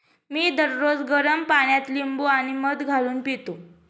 मी दररोज गरम पाण्यात लिंबू आणि मध घालून पितो